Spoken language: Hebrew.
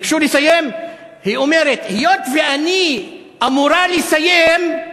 ביקשו לסיים, היא אומרת: היות שאני אמורה לסיים,